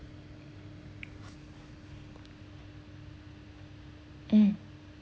mm